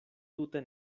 tute